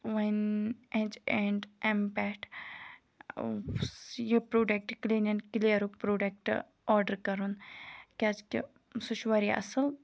وۄنۍ H and M پٮ۪ٹھ یُس پرٛوڈَکٹ کِلیٖن اینٛڈ کٕلیَرُک پرٛوڈَکٹ آرڈر کَرُن کیٛازِکہِ سُہ چھِ واریاہ اَصٕل